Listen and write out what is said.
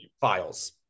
files